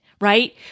right